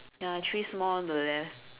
ya three small on the left